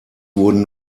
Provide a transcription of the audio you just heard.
wurden